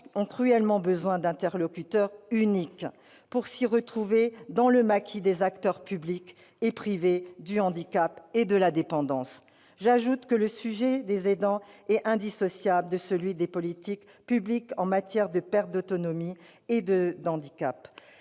ont cruellement besoin d'un interlocuteur unique pour s'y retrouver dans le maquis des acteurs publics et privés du handicap et de la dépendance. J'ajoute que le sujet des aidants est indissociable de celui des politiques publiques en matière de perte d'autonomie et de handicap.